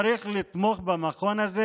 צריך לתמוך במכון הזה